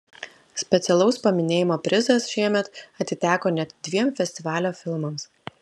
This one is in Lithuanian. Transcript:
specialaus paminėjimo prizas šiemet atiteko net dviem festivalio filmams